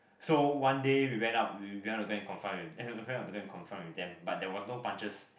so one day we went up we we went up to go and confront we went up to go and confront with them but there was no punches